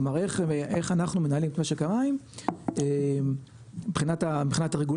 כלומר איך אנחנו מנהלים את משק המים מבחינת הרגולציה,